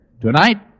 Tonight